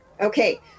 Okay